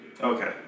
Okay